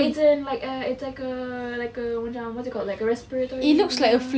but it's a like a it's like a like a macam what is it called like a respiratory